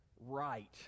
right